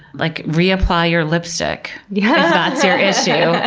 like reapply your lipstick yeah if that's your issue.